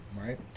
right